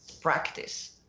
practice